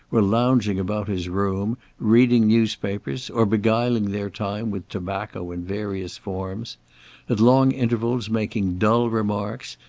were lounging about his room, reading newspapers, or beguiling their time with tobacco in various forms at long intervals making dull remarks,